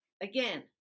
Again